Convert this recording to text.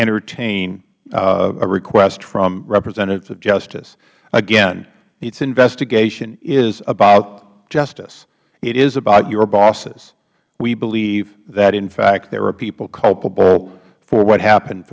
entertain a request from representatives of justice again this investigation is about justice it is about your bosses we believe that in fact there are people culpable for what happened